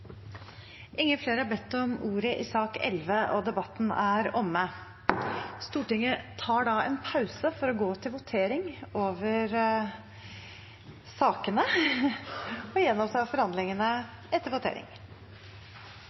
Flere har ikke bedt om ordet til sak nr. 11. Stortinget tar en pause for å gå til votering og gjenopptar forhandlingene etter voteringen. Da er Stortinget klar til å gå til votering